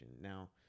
now